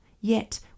Yet